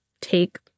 take